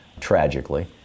tragically